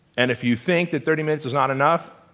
and if you think that thirty minutes is not enough,